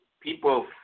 people